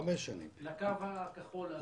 לקו הכחול.